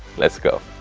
let's go!